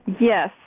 Yes